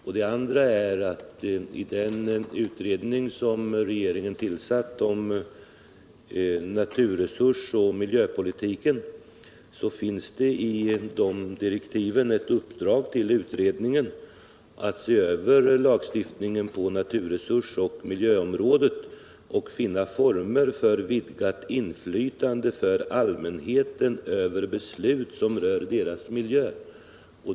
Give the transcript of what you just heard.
Regeringen har i direktiven givit utredningen om naturresursoch miljöpolitiken i uppdrag att se över lagstiftningen på naturresursoch miljöområdet och finna former för vidgat inflytande för allmänheten över beslut som rör dess miljö.